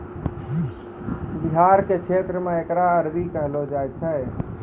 बिहार के क्षेत्र मे एकरा अरबी कहलो जाय छै